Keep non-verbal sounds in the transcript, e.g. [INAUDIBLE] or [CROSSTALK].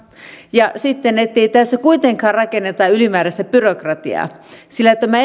ja ettei tässä kuitenkaan rakenneta ylimääräistä byrokratiaa sillä tämä [UNINTELLIGIBLE]